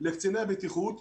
לקציני בטיחות,